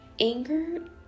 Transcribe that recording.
anger